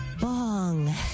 Bong